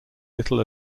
little